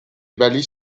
baillis